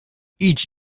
idź